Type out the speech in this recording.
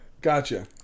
Gotcha